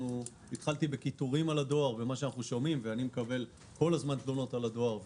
התחלתי בקיטורים על הדואר כי אני מקבל כל הזמן תלונות על הדואר.